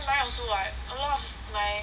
mine also [what] a lot of like